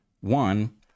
One